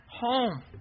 home